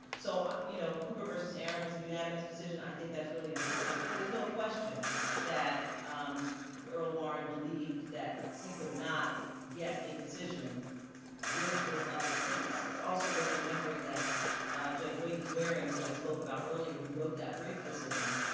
so, you know, cooper versus aaron was a unanimous decision. i think that's really important. there's no question that um earl warren believed that he could not get a decision with this other piece. it's also worth remembering that judge waties waring, who i spoke about earlier, who wrote that briggs decision.